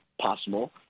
Possible